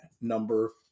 number